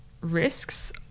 risks